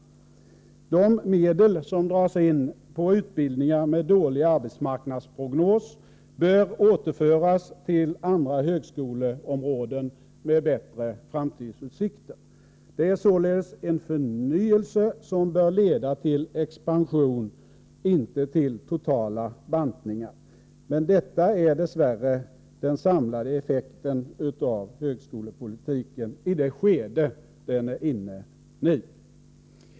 De medel som dras in på utbildningar med dålig arbetsmarknadsprognos bör återföras till andra högskoleområden med bättre framtidsutsikter. Det är således en förnyelse som bör leda till expansion, inte till totala bantningar. Men detta är dess värre den samlade effekten av högskolepolitiken i det skede den är i nu.